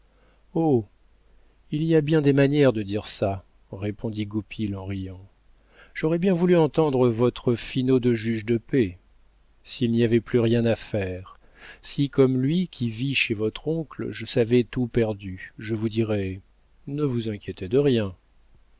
il y a bien des manières de dire ça répondit goupil en riant j'aurais bien voulu entendre votre finaud de juge de paix s'il n'y avait plus rien à faire si comme lui qui vit chez votre oncle je savais tout perdu je vous dirais ne vous inquiétez de rien